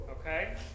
okay